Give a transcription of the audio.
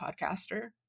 podcaster